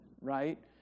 right